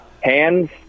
hands